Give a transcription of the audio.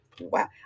Wow